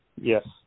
Yes